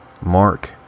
Mark